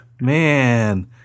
Man